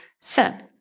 sin